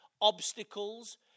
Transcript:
obstacles